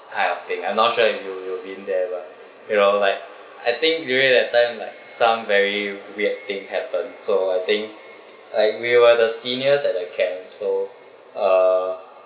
kind of thing I'm not sure if you you've been there lah you know like I think during that time like some very weird thing happen so I think I we were the seniors at that the camp so uh